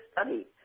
study